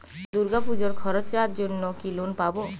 দূর্গাপুজোর খরচার জন্য কি লোন পাব?